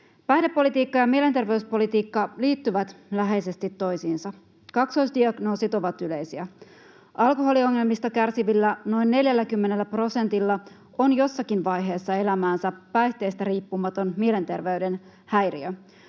Päihdepolitiikka ja mielenterveyspolitiikka liittyvät läheisesti toisiinsa. Kaksoisdiagnoosit ovat yleisiä. Alkoholiongelmista kärsivistä noin 40 prosentilla on jossakin vaiheessa elämäänsä päihteistä riippumaton mielenterveyden häiriö.